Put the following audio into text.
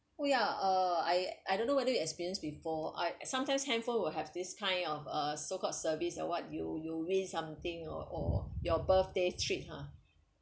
oh ya uh I I don't know whether you experienced before I sometimes handphone will have this kind of uh so called service that what you you win something or or your birthday treat hor